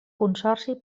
consorci